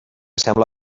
sembla